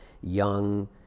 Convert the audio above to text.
young